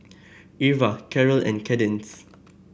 Irva Karel and Kadence